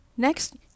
Next